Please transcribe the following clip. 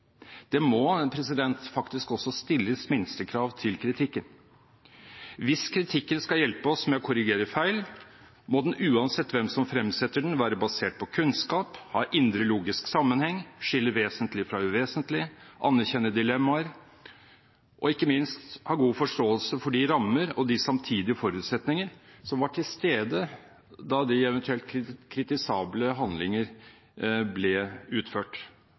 Det må faktisk også stilles minstekrav til kritikken. Hvis kritikken skal hjelpe oss med å korrigere feil, må den – uansett hvem som fremsetter den – være basert på kunnskap, ha indre logisk sammenheng, skille vesentlig fra uvesentlig, anerkjenne dilemmaer og ikke minst ha god forståelse for de rammer og de samtidige forutsetninger som var til stede da de eventuelt kritisable handlinger ble utført.